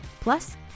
Plus